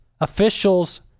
officials